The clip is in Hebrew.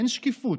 אין שקיפות,